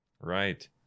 Right